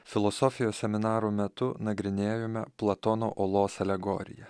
filosofijos seminaro metu nagrinėjome platono olos alegoriją